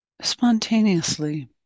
spontaneously